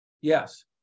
Yes